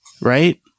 Right